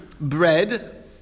bread